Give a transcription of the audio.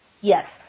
Yes